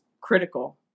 critical